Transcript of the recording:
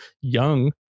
young